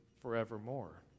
forevermore